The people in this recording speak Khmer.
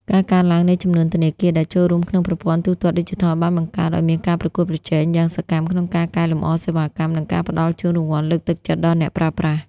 ការកើនឡើងនៃចំនួនធនាគារដែលចូលរួមក្នុងប្រព័ន្ធទូទាត់ឌីជីថល បានបង្កើតឱ្យមានការប្រកួតប្រជែងយ៉ាងសកម្មក្នុងការកែលម្អសេវាកម្ម និងការផ្ដល់ជូនរង្វាន់លើកទឹកចិត្តដល់អ្នកប្រើប្រាស់។